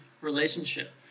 relationship